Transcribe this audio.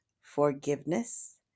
forgiveness